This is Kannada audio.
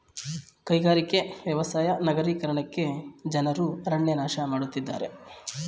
ಕೈಗಾರಿಕೆ, ವ್ಯವಸಾಯ ನಗರೀಕರಣಕ್ಕೆ ಜನರು ಅರಣ್ಯ ನಾಶ ಮಾಡತ್ತಿದ್ದಾರೆ